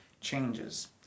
changes